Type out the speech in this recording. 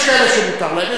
יש כאלה שמותר להם.